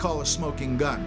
call a smoking gun